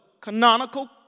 canonical